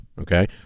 okay